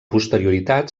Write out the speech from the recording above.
posterioritat